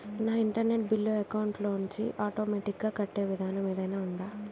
నా internet bill account లోంచి automatic గా కట్టే విధానం ఏదైనా ఉందా?